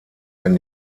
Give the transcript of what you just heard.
wenn